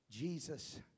Jesus